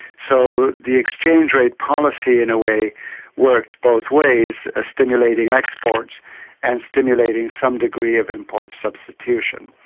so the exchange rate policy in a way worked both ways, stimulating exports and stimulating some degree of import substitution.